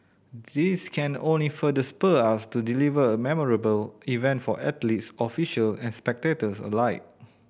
this can only further spur us to deliver a memorable event for athletes official and spectators alike